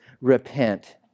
Repent